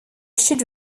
should